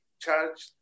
charged